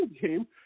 game